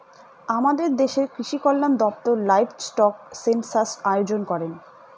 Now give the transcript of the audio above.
আমাদের দেশের কৃষিকল্যান দপ্তর লাইভস্টক সেনসাস আয়োজন করেন